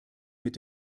mit